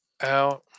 out